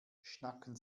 schnacken